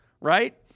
right